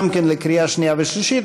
גם כן לקריאה שנייה ושלישית.